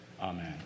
amen